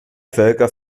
völker